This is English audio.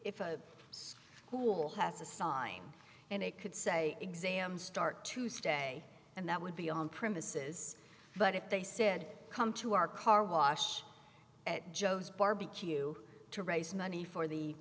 if a school has a sign and it could say exams start tuesday and that would be on premises but if they said come to our car wash at joe's barbecue to raise money for the